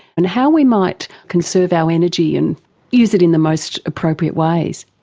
and how we might conserve our energy and use it in the most appropriate ways?